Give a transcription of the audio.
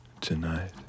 tonight